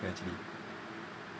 actually